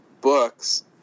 books